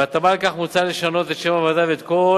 בהתאמה לכך מוצע לשנות את שם הוועדה ואת כל